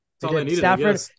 Stafford